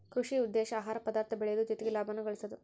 ಕೃಷಿ ಉದ್ದೇಶಾ ಆಹಾರ ಪದಾರ್ಥ ಬೆಳಿಯುದು ಜೊತಿಗೆ ಲಾಭಾನು ಗಳಸುದು